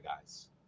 guys